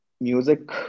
music